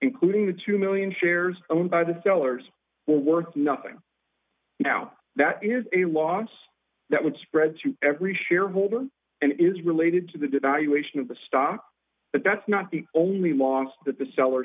including the two million dollars shares owned by the sellers were worth nothing now that is a loss that would spread to every shareholder and is related to the devaluation of the stock but that's not the only loss that the sell